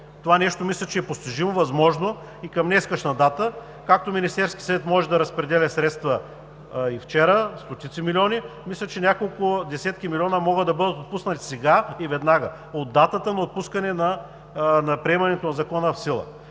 Това нещо мисля, че е постижимо, възможно и към днешна дата, както Министерският съвет вчера може да разпределя средства, и вчера стотици милиони, мисля, че няколко десетки милиона, могат да бъдат отпуснати сега и веднага от датата на отпускане на приемането на Закона в сила.